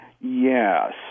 Yes